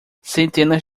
centenas